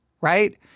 right